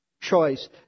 choice